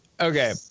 Okay